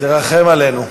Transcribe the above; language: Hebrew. תרחם עלינו.